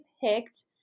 picked